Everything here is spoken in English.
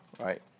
right